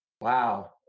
Wow